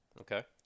Okay